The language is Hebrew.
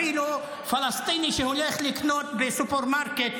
אפילו על פלסטיני שהולך לקנות בסופרמרקט